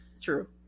True